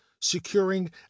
securing